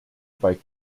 bei